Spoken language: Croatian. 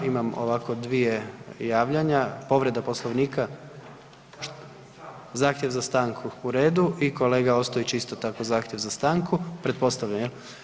Imam ovako dvije javljanja, povreda Poslovnika? [[Upadica iz klupe: Zahtjev za stanku.]] Zahtjev za stanku, u redu i kolega Ostojić isto tako zahtjev za stanku, pretpostavljam jel?